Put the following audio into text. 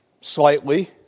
slightly